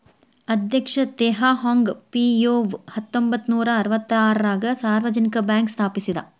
ಅಧ್ಯಕ್ಷ Teh Hong Piow ಹತ್ತೊಂಬತ್ ನೂರಾ ಅರವತ್ತಾರಗ ಸಾರ್ವಜನಿಕ ಬ್ಯಾಂಕ್ ಸ್ಥಾಪಿಸಿದ